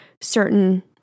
certain